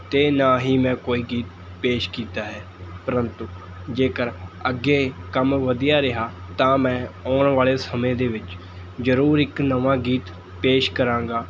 ਅਤੇ ਨਾ ਹੀ ਮੈਂ ਕੋਈ ਗੀਤ ਪੇਸ਼ ਕੀਤਾ ਹੈ ਪ੍ਰੰਤੂ ਜੇਕਰ ਅੱਗੇ ਕੰਮ ਵਧੀਆ ਰਿਹਾ ਤਾਂ ਮੈਂ ਆਉਣ ਵਾਲ਼ੇ ਸਮੇਂ ਦੇ ਵਿੱਚ ਜ਼ਰੂਰ ਇੱਕ ਨਵਾਂ ਗੀਤ ਪੇਸ਼ ਕਰਾਂਗਾ